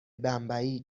بمبئی